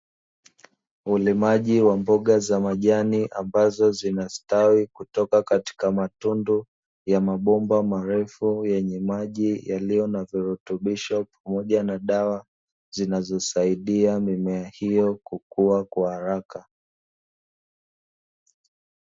Ulimaji wa Mboga za Majani ambazo zimestawi kutoka katika matundu ya mabomba marefu, yenye maji yaliyo na virutubisho pamoja na dawa zinazosaidia mimea hiyo kukua kwa haraka.